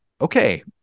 okay